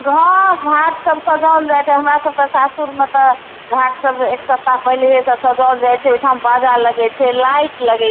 हँ घाट सब सजाओल जाइत छै हमरा सबके सासुरमे तऽ घाट पर एक सप्ताह पहिलहे से सजाओल जाइत छै ओहिठाम बाजा लगैत छै लाइट लगैत छै